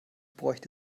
bräuchte